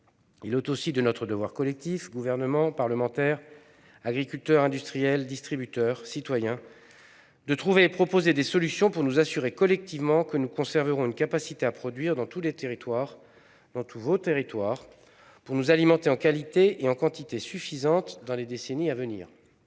Il est aussi de notre devoir collectif- Gouvernement, parlementaires, agriculteurs, industriels, distributeurs, citoyens -, de trouver et proposer des solutions pour nous assurer que nous conserverons une capacité à produire dans tous nos territoires, dans tous vos territoires, pour nous alimenter en qualité et en quantité suffisante dans les décennies à venir.